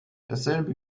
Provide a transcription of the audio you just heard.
dasselbe